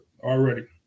already